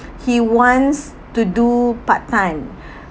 he wants to do part-time